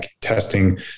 testing